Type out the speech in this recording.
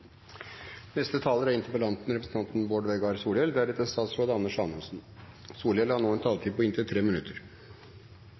Neste taler er statsråd Monica Mæland, som har en taletid på inntil 10 minutter.